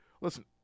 listen